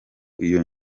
iyo